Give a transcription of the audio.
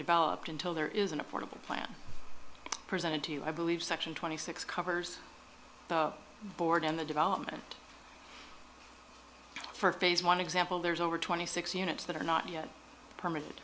developed until there is an affordable plan presented to you i believe section twenty six covers the board and the development for phase one example there's over twenty six units that are not yet perm